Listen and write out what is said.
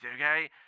okay